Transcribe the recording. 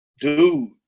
Dude